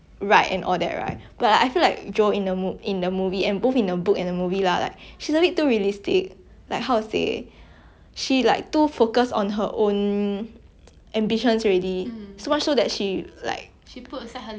like how to say she like to focus on her own ambitions already so much so that she like she puts and or everything else then like I can sort of relate to her like in a sense that